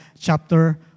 chapter